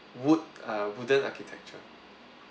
wood err wooden architecture